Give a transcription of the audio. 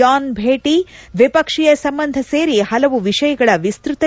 ಯೋನ್ ಭೇಟಿ ದ್ವಿಪಕ್ಷೀಯ ಸಂಬಂಧ ಸೇರಿ ಹಲವು ವಿಷಯಗಳ ವಿಸ್ತ್ತತ ಚರ್ಚೆ